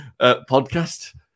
podcast